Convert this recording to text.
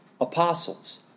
apostles